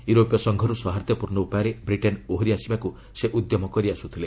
ୟୁରୋପୀୟ ସଂଘରୁ ସୌହାର୍ଦ୍ଧ୍ୟପୂର୍୍ଣ୍ଣ ଉପାୟରେ ବ୍ରିଟେନ୍ ଓହରିଆସିବାକୁ ସେ ଉଦ୍ୟମ କରିଆସୁଥିଲେ